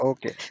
Okay